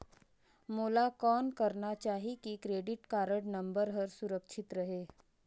मोला कौन करना चाही की क्रेडिट कारड नम्बर हर सुरक्षित रहे?